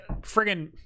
friggin